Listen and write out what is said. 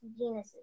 genuses